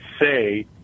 say